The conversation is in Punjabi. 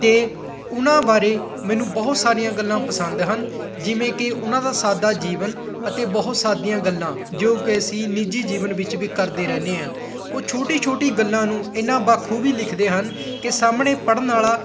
ਅਤੇ ਉਹਨਾਂ ਬਾਰੇ ਮੈਨੂੰ ਬਹੁਤ ਸਾਰੀਆਂ ਗੱਲਾਂ ਪਸੰਦ ਹਨ ਜਿਵੇਂ ਕਿ ਉਹਨਾਂ ਦਾ ਸਾਦਾ ਜੀਵਨ ਅਤੇ ਬਹੁਤ ਸਾਦੀਆਂ ਗੱਲਾਂ ਜੋ ਕਿ ਅਸੀਂ ਨਿੱਜੀ ਜੀਵਨ ਵਿੱਚ ਵੀ ਕਰਦੇ ਰਹਿੰਦੇ ਹਾਂ ਉਹ ਛੋਟੀ ਛੋਟੀ ਗੱਲਾਂ ਨੂੰ ਇੰਨਾਂ ਬਾਖੂਬੀ ਲਿਖਦੇ ਹਨ ਕਿ ਸਾਹਮਣੇ ਪੜ੍ਹਨ ਵਾਲਾ